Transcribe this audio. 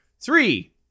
Three